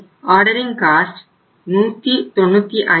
ordering cost 195